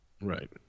Right